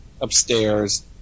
upstairs